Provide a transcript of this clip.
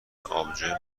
آبجو